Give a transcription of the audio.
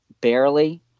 barely